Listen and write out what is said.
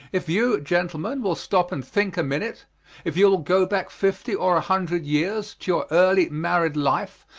if you, gentlemen, will stop and think a minute if you will go back fifty or a hundred years, to your early married life,